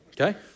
Okay